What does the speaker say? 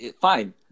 Fine